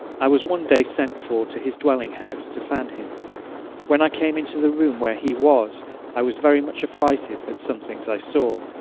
i was one day sent for to his dwelling house to fan him when i came into the room where he was i was very much affrighted at some things i saw,